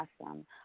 awesome